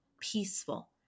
peaceful